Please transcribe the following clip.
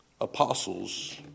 apostles